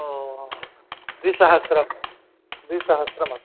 द्विसहस्रं द्विसहस्रम् अस्ति